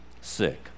sick